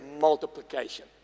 multiplication